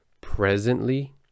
presently